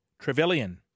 Trevelyan